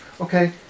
Okay